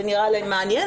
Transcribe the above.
זה נראה להם מעניין,